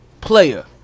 player